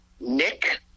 Nick